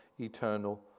eternal